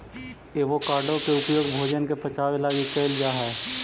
avocado के उपयोग भोजन के पचाबे लागी कयल जा हई